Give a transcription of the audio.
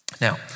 Now